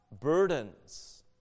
burdens